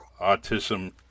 autism